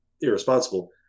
irresponsible